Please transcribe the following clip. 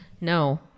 No